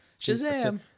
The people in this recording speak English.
Shazam